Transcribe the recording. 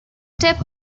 step